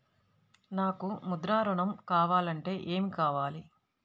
నాకు ముద్ర ఋణం కావాలంటే ఏమి కావాలి?